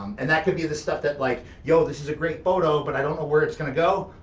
um and that could be the stuff that like, yo, this is a great photo, but i don't know where it's gonna go,